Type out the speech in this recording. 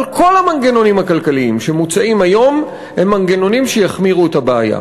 אבל כל המנגנונים הכלכליים שמוצעים היום הם מנגנונים שיחמירו את הבעיה,